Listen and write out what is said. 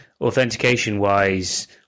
authentication-wise –